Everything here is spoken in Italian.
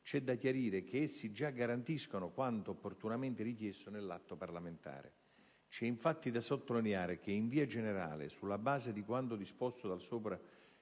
c'è da chiarire che essi già garantiscono quanto opportunamente richiesto nell'atto parlamentare. C'è infatti da sottolineare che, in via generale, sulla base di quanto disposto dal sopracitato